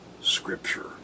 Scripture